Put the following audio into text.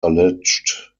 alleged